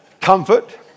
Comfort